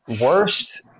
worst